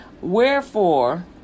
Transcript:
Wherefore